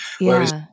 whereas